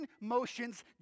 motions